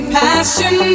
passion